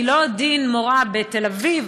כי לא דין מורה בתל אביב,